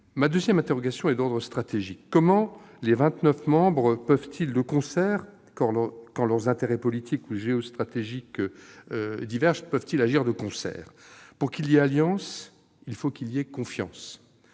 Ma deuxième interrogation est d'ordre stratégique : comment les vingt-neuf membres peuvent-ils agir de concert quand leurs intérêts politiques ou géostratégiques divergent ? Pour qu'il y ait alliance, il faut qu'il y ait confiance,